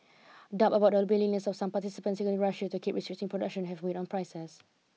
doubts about the willingness of some participants including Russia to keep restricting production have weighed on prices